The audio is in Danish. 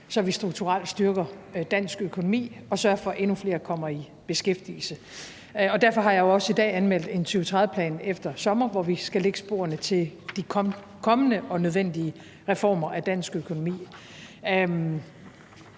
så vi strukturelt styrker dansk økonomi og sørger for, at endnu flere kommer i beskæftigelse. Derfor har jeg jo også i dag anmeldt en 2030-plan, der kommer efter sommer, hvor vi skal lægge sporene til de kommende og nødvendige reformer af dansk økonomi.